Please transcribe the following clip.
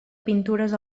pintures